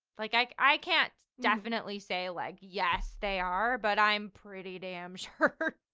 like like i can't definitely say like, yes they are, but i'm pretty damn sure.